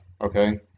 okay